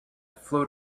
float